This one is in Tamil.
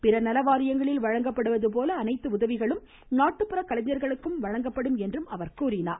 பிற நலவாரியங்களில் வழங்கப்படுவது போல அனைத்து உதவிகளும் நாட்டுப்புற கலைஞர்களுக்கும் வழங்கப்படும் என்றும் அமைச்சர் கூறினார்